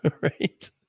right